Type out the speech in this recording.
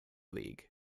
league